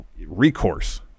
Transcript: recourse